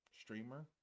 streamer